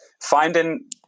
finding